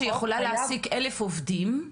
שיכולה להעסיק אלף עובדים,